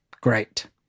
great